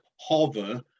hover